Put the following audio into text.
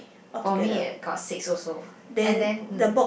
for me got six also and then mm